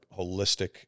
holistic